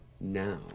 now